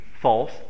false